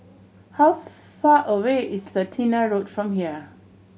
how far away is Platina Road from here